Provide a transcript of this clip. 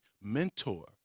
mentor